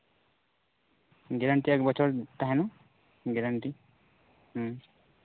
guarantee ᱮᱠ ᱵᱚᱪᱷᱚᱨ ᱛᱟᱦᱮᱱᱟ ᱜᱮᱨᱮᱱᱴᱤ